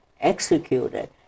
executed